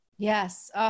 Yes